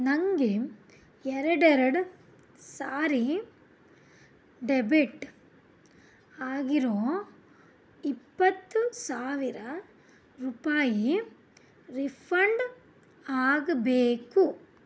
ನನಗೆ ಎರಡೆರಡು ಸಾರಿ ಡೆಬಿಟ್ ಆಗಿರೋ ಇಪ್ಪತ್ತು ಸಾವಿರ ರೂಪಾಯಿ ರಿಫಂಡ್ ಆಗಬೇಕು